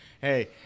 Hey